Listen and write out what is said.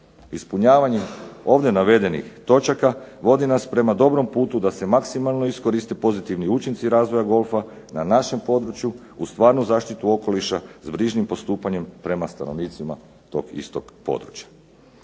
Ispunjavanje ovdje navedenih točaka vodi nas prema dobrom putu da se maksimalno iskoriste pozitivni učinci razvoja golfa na našem području, uz stvarnu zaštitu okoliša s brižnim postupanjem prema stanovnicima tog istog područja.